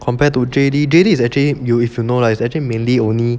就是说 compared to J_D J_D is actually you if you know lah it's actually mainly only